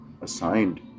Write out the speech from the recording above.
assigned